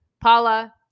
Paula